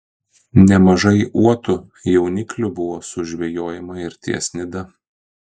nemažai uotų jauniklių buvo sužvejojama ir ties nida